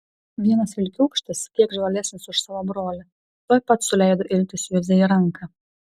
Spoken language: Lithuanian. vienas vilkiūkštis kiek žvalesnis už savo brolį tuoj pat suleido iltis juzei į ranką